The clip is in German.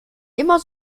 immer